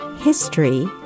History